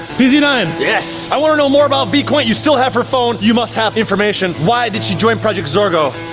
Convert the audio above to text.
p z nine? yes? i wanna know more about vy qwaint. you still have her phone, you must have information, why did she join project zorgo?